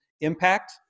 impact